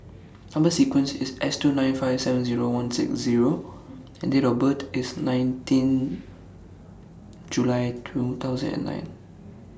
Number sequence IS S two nine five seven Zero one six Zero and Date of birth IS nineteenth July two thousand and nine